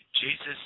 Jesus